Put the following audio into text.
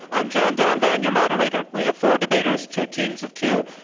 i'm john donovan, your moderator. we have floor debaters, two teams of two,